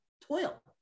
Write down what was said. toil